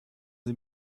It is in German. sie